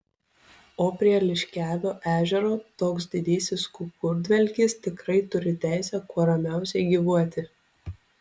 o prie liškiavio ežero toks didysis kukurdvelkis tikrai turi teisę kuo ramiausiai gyvuoti